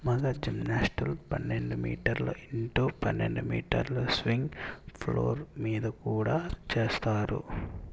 మగ జిమ్నాస్టులు పన్నెండు మీటర్లు ఇంటూ పన్నెండు మీటర్లు స్ప్రింగ్ ఫ్లోర్ మీద కూడా చేస్తారు